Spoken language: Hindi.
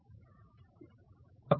स्थिर